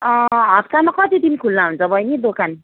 हप्तामा कति दिन खुल्ला हुन्छ बैनी दोकान